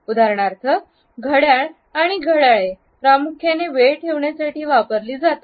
उदाहरणार्थ घड्याळ आणि घड्याळे प्रामुख्याने वेळ ठेवण्यासाठी वापरली जातात